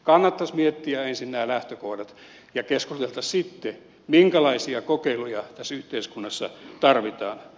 kannattaisi miettiä ensin nämä lähtökohdat ja keskusteltaisiin sitten minkälaisia kokeiluja tässä yhteiskunnassa tarvitaan